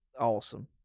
awesome